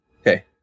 Okay